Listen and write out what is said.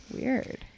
Weird